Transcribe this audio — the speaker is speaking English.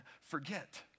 forget